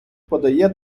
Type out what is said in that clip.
подає